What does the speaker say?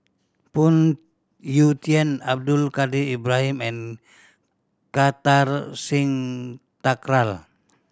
Phoon Yew Tien Abdul Kadir Ibrahim and Kartar Singh Thakral